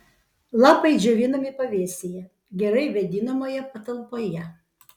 lapai džiovinami pavėsyje gerai vėdinamoje patalpoje